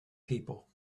people